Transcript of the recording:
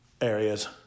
areas